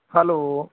hello